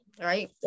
right